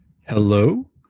Hello